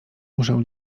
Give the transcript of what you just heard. muszę